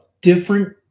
different